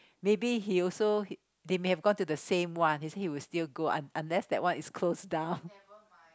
maybe he also they may have gone to the same one he say he will still go un~ unless that one is closed down